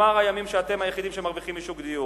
נגמרו הימים שאתם היחידים שמרוויחים משוק הדיור,